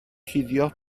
cuddio